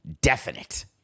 definite